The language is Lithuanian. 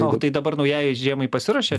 o tai dabar naujajai žiemai pasiruošė